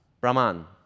Brahman